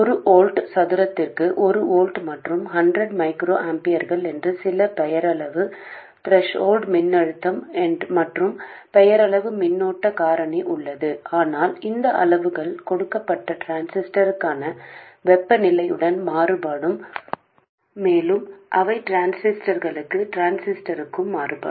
ஒரு வோல்ட் சதுரத்திற்கு ஒரு வோல்ட் மற்றும் 100 மைக்ரோ ஆம்பியர்கள் என்று சில பெயரளவு த்ரெஷோல்ட் மின்னழுத்தம் மற்றும் பெயரளவு மின்னோட்ட காரணி உள்ளது ஆனால் இந்த அளவுகள் கொடுக்கப்பட்ட டிரான்சிஸ்டருக்கான வெப்பநிலையுடன் மாறுபடும் மேலும் அவை டிரான்சிஸ்டருக்கு டிரான்சிஸ்டருக்கு மாறுபடும்